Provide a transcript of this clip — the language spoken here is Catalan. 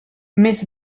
més